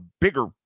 bigger